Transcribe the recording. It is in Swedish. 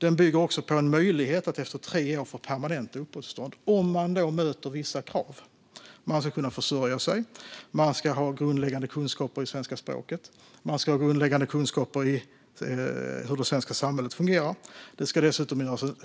Den bygger också på en möjlighet att efter tre år få permanent uppehållstillstånd om man möter vissa krav. Man ska kunna försörja sig. Man ska ha grundläggande kunskaper i svenska språket. Man ska ha grundläggande kunskaper om hur det svenska samhället fungerar. Det ska dessutom göras en